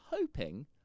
hoping